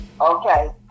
Okay